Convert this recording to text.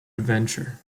adventure